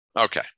Okay